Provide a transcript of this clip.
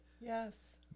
Yes